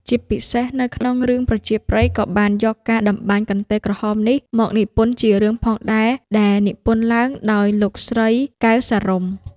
ជាពិសេសនៅក្នុងរឿងប្រជាប្រិយក៏បាន យកការតម្បាញកន្ទេលក្រហមនេះមកនិពន្ធជារឿងផងដែរដែលនិពន្ធឡើងដោយលោកស្រី កែវ សារុំ។